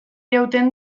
irauten